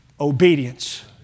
Obedience